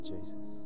Jesus